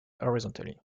horizontally